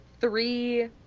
three